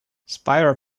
spiro